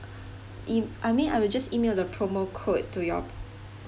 I mean I will just email the promo code to your